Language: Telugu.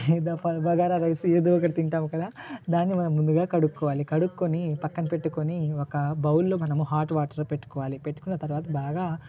లేదా బ బగారా రైస్ ఏదో ఒకటి తింటాం కదా దాన్ని మనం ముందుగా కడుగుకోవాలి కడుక్కొని పక్కన పెట్టుకొని ఒక బౌల్లో మనము హాట్ వాటర్ పెట్టుకోవాలి పెట్టుకున్న తర్వాత బాగా